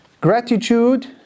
Gratitude